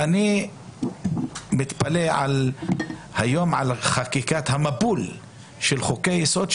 אני מתפלא היום על מבול החקיקה של חוקי יסוד,